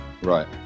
Right